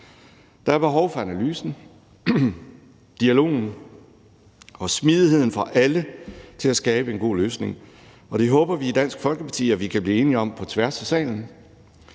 Der er behov for analysen. Dialogen og smidigheden får alle til at skabe en god løsning, og det håber vi i Dansk Folkeparti vi kan blive enige om på tværs i salen,